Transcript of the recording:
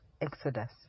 Exodus